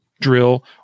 drill